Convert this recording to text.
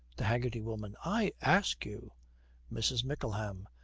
the haggerty woman. i ask you mrs. mickleham.